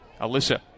Alyssa